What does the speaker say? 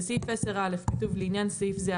בסעיף 10(א) כתוב: לעניין סעיף זה,